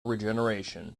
regeneration